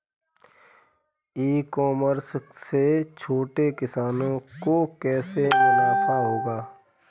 ई commerce से छोटे किसानों को कैसे मुनाफा होगा?